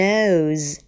Nose